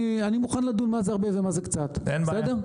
אני מוכן לדון מה זה הרבה ומה זה קצת, בסדר?